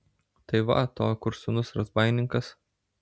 tai va to kur sūnus razbaininkas